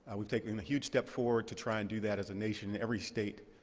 and we've taken and a huge step forward to try and do that as a nation. every state,